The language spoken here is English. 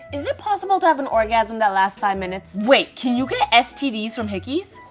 is it possible to have an orgasm that lasts five minutes? wait, can you get stds from hickeys?